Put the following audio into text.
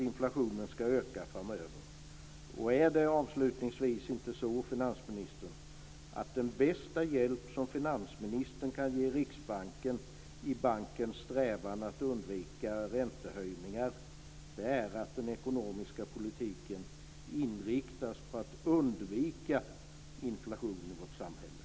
Avslutningsvis undrar jag: Är det inte så, finansministern, att den bästa hjälp som finansministern kan ge Riksbanken i bankens strävan att undvika räntehöjningar är att den ekonomiska politiken inriktas på att undvika inflation i vårt samhälle?